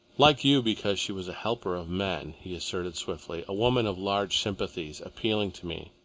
like you because she was a helper of men, he assented swiftly, a woman of large sympathies, appealing to me,